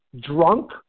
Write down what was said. drunk